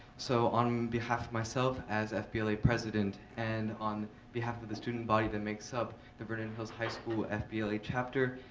so, on behalf of myself as fbla president and on behalf of the student body that makes up the vernon hills high school fbla chapter,